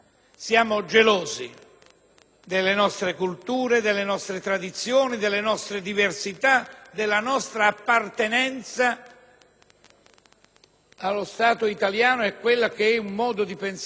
delle nostre culture, delle nostre tradizioni, delle nostre diversità, della nostra appartenenza allo Stato italiano e al nostro modo di pensare e di vivere,